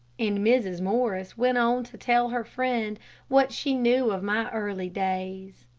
and mrs. morris went on to tell her friend what she knew of my early days.